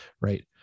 right